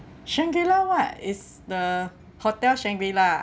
shangri-la what is the hotel shangri-la ah